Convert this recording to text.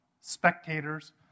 spectators